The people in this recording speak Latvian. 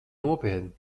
nopietni